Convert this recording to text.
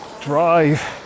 drive